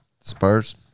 Spurs